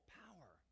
power